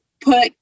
put